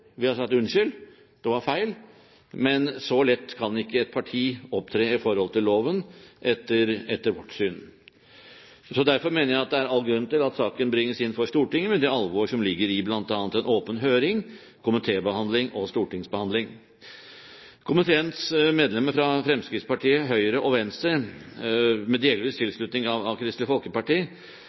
vi har sagt unnskyld – det var feil. Men så lett kan ikke et parti opptre i forhold til loven, etter vårt syn. Derfor mener jeg at det er all grunn til at saken bringes inn for Stortinget, med det alvor som ligger i bl.a. en åpen høring, komitébehandling og stortingsbehandling. Komiteens medlemmer fra Fremskrittspartiet, Høyre og Venstre, med delvis tilslutning av Kristelig Folkeparti,